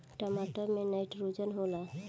टमाटर मे नाइट्रोजन होला?